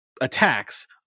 attacks